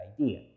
idea